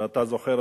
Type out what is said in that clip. ואתה זוכר,